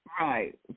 Right